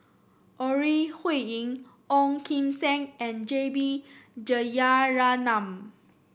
Ore Huiying Ong Kim Seng and J B Jeyaretnam